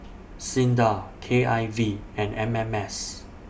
SINDA K I V and M M S